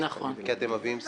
כי אתם מביאים שנאה,